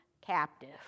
captive